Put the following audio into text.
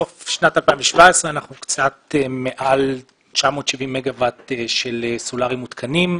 בסוף שנת 2017 אנחנו קצת מעל 970 מגה וואט של סולרים מותקנים.